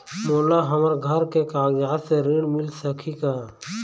मोला हमर घर के कागजात से ऋण मिल सकही का?